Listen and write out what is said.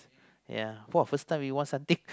yeah uh first time we won something